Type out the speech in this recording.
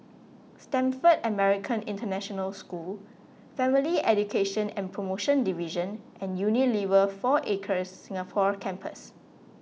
Stamford American International School Family Education and Promotion Division and Unilever four Acres Singapore Campus